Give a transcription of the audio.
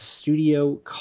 studio